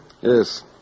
Yes